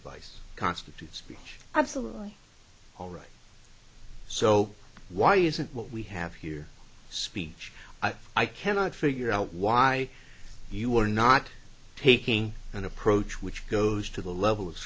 advice constitutes absolutely all right so why isn't what we have here speech i cannot figure out why you are not taking an approach which goes to the level of